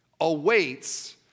awaits